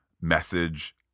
message